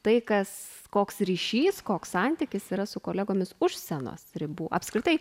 tai kas koks ryšys koks santykis yra su kolegomis už scenos ribų apskritai